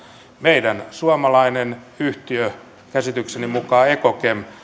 meidän suomalainen yhtiö käsitykseni mukaan ekokem